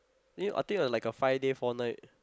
then you I think it was like a five day four night